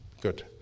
Good